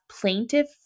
Plaintiff